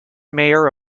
mayor